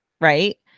right